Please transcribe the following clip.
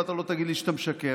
ואתה לא תגיד לי שאני משקר.